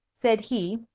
said he.